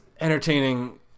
entertaining